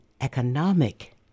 economic